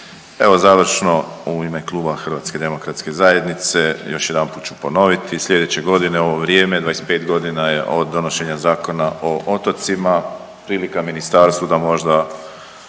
Evo završno u ime kluba HDZ-a još jedanput ću ponoviti, sljedeće godine u ovo vrijeme 25 godina je od donošenja Zakona o otocima, prilika ministarstvu da možda